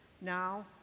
Now